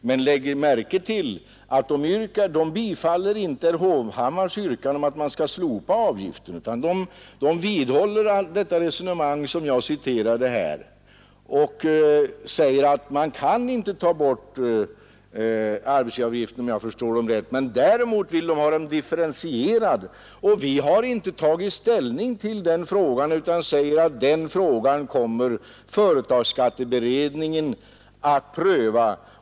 Man lägger märke till att de inte ansluter sig till herr Hovhammars yrkande att man skall slopa avgiften, utan de vidhåller det resonemang som jag citerade och säger att man inte kan ta bort arbetsgivaravgiften, om jag förstår dem rätt. Däremot vill de ha den differentierad. Vi har inte tagit ställning till den frågan utan säger att den kommer företagsskatteberedningen att pröva.